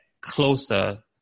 closer